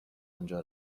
آنجا